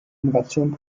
innovationen